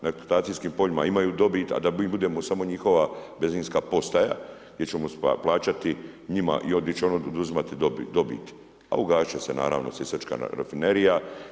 Na eksploatacijskim poljima imaju dobit, a da mi budemo samo njihova benzinska postaja gdje ćemo plaćati njima i gdje će oni oduzimati dobit, a ugasit će se naravno Sisačka rafinerija.